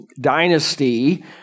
dynasty